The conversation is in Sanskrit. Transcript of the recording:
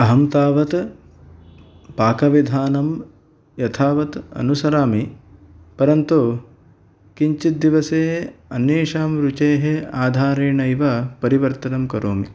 अहं तावत् पाकविधानं यथावत् अनुसरामि परन्तु किञ्चिद् दिवसे अन्येषां रुचेः आधारेणैव परिवर्तनं करोमि